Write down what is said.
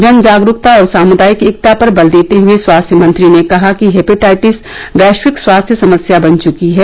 जन जागरूकता और सामुदायिक एकता पर बल देते हुए स्वास्थ्य मंत्री ने कहा कि हेपेटाइटिस वैश्विक स्वास्थ्य समस्या बन चुकी है